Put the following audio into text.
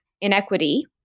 inequity